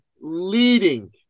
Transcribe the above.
leading